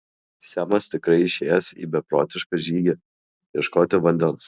semas tikrai išėjęs į beprotišką žygį ieškoti vandens